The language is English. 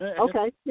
Okay